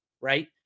right